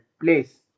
place